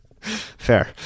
Fair